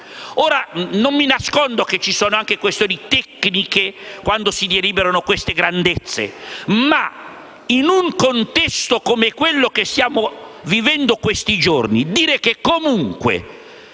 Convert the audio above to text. euro. Non mi nascondo che ci sono anche questioni tecniche quando si tratta di simili grandezze, ma in un contesto come quello in cui stiamo vivendo questi giorni, dire che comunque